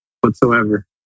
whatsoever